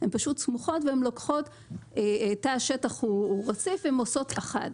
הן פשוט סמוכות; תא השטח הוא רציף והן עושות אחד.